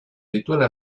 dituela